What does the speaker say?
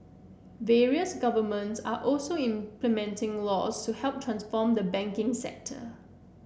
various governments are also implementing laws to help transform the banking sector